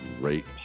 great